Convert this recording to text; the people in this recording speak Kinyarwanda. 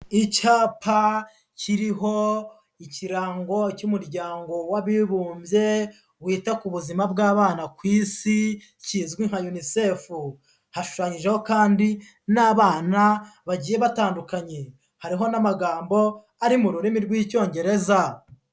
Icyapa kiriho ikirango cy'Umuryango w'Abibumbye, Wita ku Buzima bw'Abana ku Isi kizwi nka Unicefu. Hafashanyijeho kandi n'abana bagiye batandukanye, hariho n'amagambo ari mu rurimi rw'Icyongereza.